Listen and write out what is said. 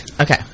Okay